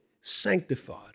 sanctified